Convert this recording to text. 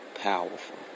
powerful